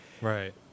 Right